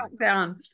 down